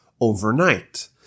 overnight